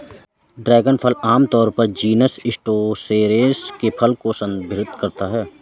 dragon फल आमतौर पर जीनस स्टेनोसेरेस के फल को संदर्भित करता है